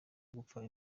gupfa